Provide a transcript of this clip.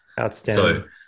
Outstanding